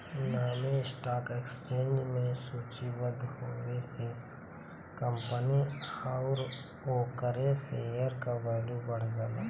नामी stock exchange में सूचीबद्ध होये से कंपनी आउर ओकरे शेयर क वैल्यू बढ़ जाला